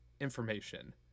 Information